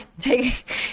take